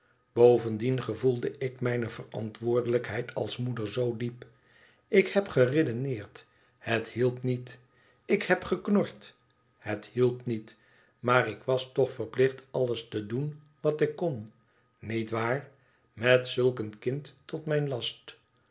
bovendien gevoelde ik mijne verantwoordelijkheid als moeder zoo diep ik heb geredeneerd het hielp niet ik heb geknord het hielp niet maar ik was toch verplicht alles te doen wat ik kon niet waar met zulk een kind tot mijn last